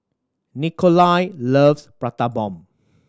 Nikolai loves Prata Bomb